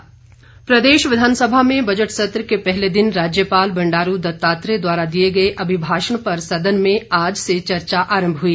अभिभाषण चर्चा प्रदेश विधानसभा में बजट सत्र के पहले दिन राज्यपाल बंडारू दत्तात्रेय द्वारा दिए गए अभिभाषण पर सदन में आज से चर्चा आरंभ हुई